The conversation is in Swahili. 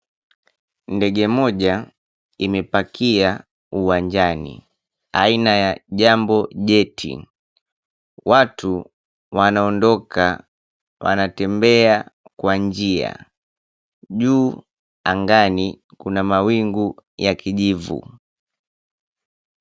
Ndege moja imepakia uwanjani aina ya jambo jeti, watu wanaondoka wanatembea kwa njia juu angani, kuna mawingu ya kijivu.